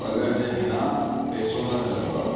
वगर जे बिना पैसो न मिलंदो आहे